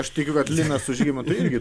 aš tikiu kad linas su žymantu irgi